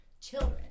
children